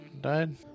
died